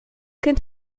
kind